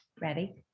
Ready